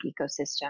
ecosystem